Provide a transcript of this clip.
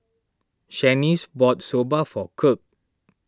Shanice bought Soba for Kirk